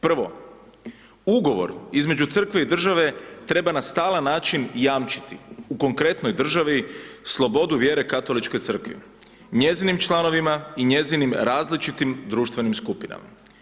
Prvo, ugovor između Crkve i države treba na stalan način jamčiti u konkretnoj državi slobodu vjere Katoličkoj crkvi, njezinim članovima i njezinim različitim društvenim skupinama.